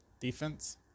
defense